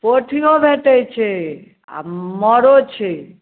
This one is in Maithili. पोठियो भेटैत छै आ मारो छै